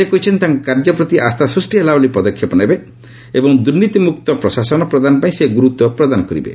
ସେ କହିଛନ୍ତି ତାଙ୍କ କାର୍ଯ୍ୟ ପ୍ରତି ଆସ୍ଥା ସୃଷ୍ଟି ହେଲା ଭଳି ପଦକ୍ଷେପ ନେବେ ଏବଂ ଦୂର୍ନୀତି ମୁକ୍ତ ପ୍ରଶାସନ ପ୍ରଦାନ ପାଇଁ ସେ ଗୁରୁତ୍ୱ ପ୍ରଦାନ କରିବେ